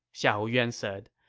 xiahou yuan said.